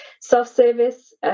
Self-service